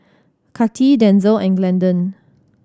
Kati Denzel and Glendon